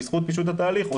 בזכות פישוט התהליך,